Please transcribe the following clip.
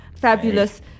fabulous